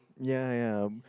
ya ya hmm